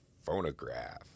phonograph